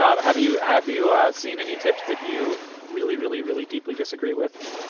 um have you have you seen any tips that you really, really, really deeply disagree with?